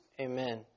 Amen